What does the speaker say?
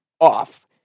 off